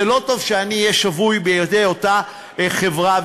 זה לא טוב שאני אהיה שבוי בידי אותה חברה.